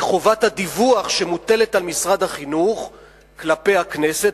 הוא חובת הדיווח שמוטלת על משרד החינוך כלפי הכנסת,